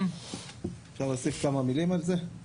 אתם כל הזמן מדברים על כך שהאדם מסכן